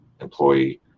employee